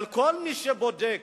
אבל כל מי שבודק